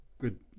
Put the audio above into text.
good